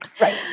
Right